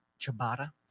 ciabatta